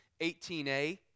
18a